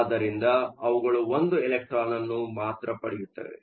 ಆದ್ದರಿಂದ ಅವುಗಳು ಒಂದು ಎಲೆಕ್ಟ್ರಾನ್ ಅನ್ನು ಮಾತ್ರ ಪಡೆಯುತ್ತವೆ